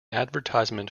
advertisement